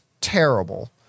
terrible